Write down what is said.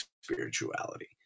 spirituality